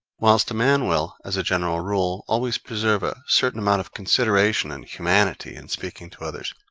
whilst a man will, as a general rule, always preserve a certain amount of consideration and humanity in speaking to others,